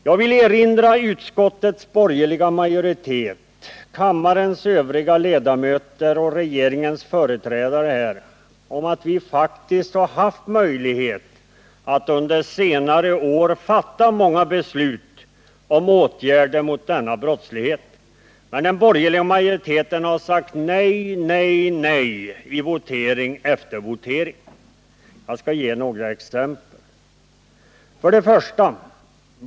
Jag vill erinra utskottets borgerliga majoritet, kammarens övriga ledamöter och regeringens företrädare här om att vi faktiskt under senare år har haft möjlighet att fatta många beslut om åtgärder mot denna brottslighet, men den borgerliga majoriteten har sagt nej, nej, nej, i votering efter votering. Några exempel: 2.